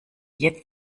jetzt